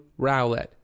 Rowlett